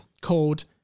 called